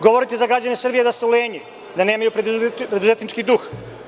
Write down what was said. Govorite za građane Srbije da su lenji, da nemaju preduzetnički duh.